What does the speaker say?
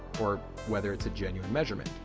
or whether it's a genuine measurement?